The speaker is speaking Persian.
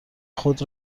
خود